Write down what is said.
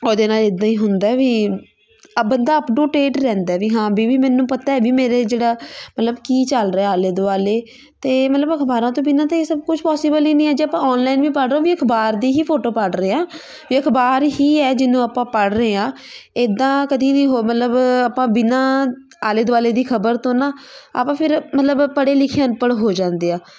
ਉਹਦੇ ਨਾਲ ਇੱਦਾਂ ਹੀ ਹੁੰਦਾ ਵੀ ਅ ਬੰਦਾ ਅਪ ਟੂ ਡੇਟ ਰਹਿੰਦਾ ਵੀ ਹਾਂ ਬੀ ਵੀ ਮੈਨੂੰ ਪਤਾ ਵੀ ਮੇਰੇ ਜਿਹੜਾ ਮਤਲਬ ਕੀ ਚੱਲ ਰਿਹਾ ਆਲੇ ਦੁਆਲੇ ਅਤੇ ਮਤਲਬ ਅਖਬਾਰਾਂ ਤੋਂ ਬਿਨਾਂ ਤਾਂ ਇਹ ਸਭ ਕੁਛ ਪੋਸੀਬਲ ਹੀ ਨਹੀਂ ਹੈ ਜੇ ਆਪਾਂ ਔਨਲਾਈਨ ਵੀ ਪੜ੍ਹ ਓਹ ਵੀ ਅਖਬਾਰ ਦੀ ਹੀ ਫੋਟੋ ਪੜ੍ਹ ਰਹੇ ਹਾਂ ਇਹ ਅਖਬਾਰ ਹੀ ਹੈ ਜਿਹਨੂੰ ਆਪਾਂ ਪੜ੍ਹ ਰਹੇ ਹਾਂ ਇੱਦਾਂ ਕਦੇ ਵੀ ਹੋ ਮਤਲਬ ਆਪਾਂ ਬਿਨਾਂ ਆਲੇ ਦੁਆਲੇ ਦੀ ਖਬਰ ਤੋਂ ਨਾ ਆਪਾਂ ਫਿਰ ਮਤਲਬ ਪੜ੍ਹੇ ਲਿਖੇ ਅਨਪੜ੍ਹ ਹੋ ਜਾਂਦੇ ਆ